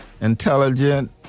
intelligent